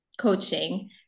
coaching